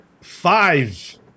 five